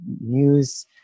news